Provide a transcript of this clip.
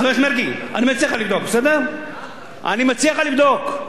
חבר הכנסת מרגי, אני מציע לך לבדוק,